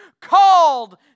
called